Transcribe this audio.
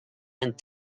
and